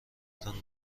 تان